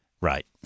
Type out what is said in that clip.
Right